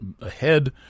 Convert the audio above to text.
ahead